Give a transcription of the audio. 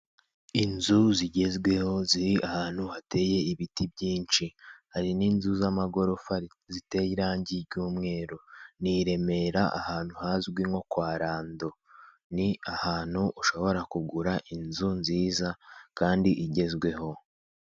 Inzu zigezweho ziri ahantu hateye ibiti byinshi hari n'inzu z'amagorofa ziteye irangi ry'umweru, ni i Remera ahantu hazwi nko kwa Rndo ni ahantu ushobora kugura inzu nziza kandi igezweho.